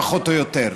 פחות או יותר.